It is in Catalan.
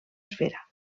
esfera